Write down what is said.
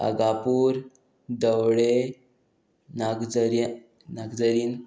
आगापूर धवळे नागजरे नागजरीन